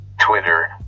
Twitter